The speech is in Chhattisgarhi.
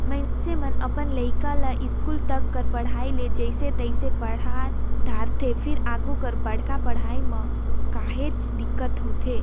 मइनसे मन अपन लइका ल इस्कूल तक कर पढ़ई ल जइसे तइसे पड़हा डारथे फेर आघु कर बड़का पड़हई म काहेच दिक्कत होथे